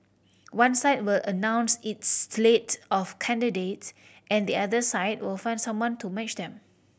one side will announce its slate of candidates and the other side will find someone to match them